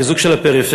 חיזוק של הפריפריה,